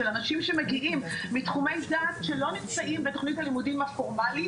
של אנשים שמגיעים מתחומי דעת שלא נמצאים בתוכנית הלימודים הפורמלית,